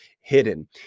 hidden